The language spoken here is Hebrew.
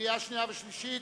קריאה שנייה וקריאה שלישית.